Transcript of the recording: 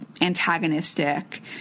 antagonistic